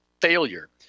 failure